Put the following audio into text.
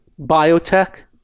Biotech